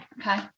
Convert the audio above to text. Okay